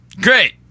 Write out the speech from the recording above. Great